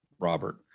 Robert